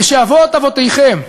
כשאבות אבותיכם,